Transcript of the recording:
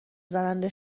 زننده